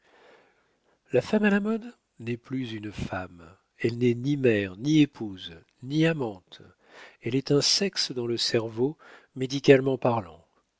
la femme à la mode n'est plus une femme elle n'est ni mère ni épouse ni amante elle est un sexe dans le cerveau médicalement parlant